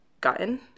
gotten